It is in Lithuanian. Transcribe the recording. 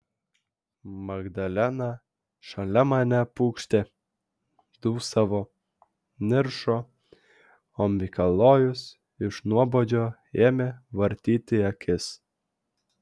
magdalena šalia mane pūkštė dūsavo niršo o mikalojus iš nuobodžio ėmė vartyti akis